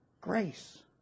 grace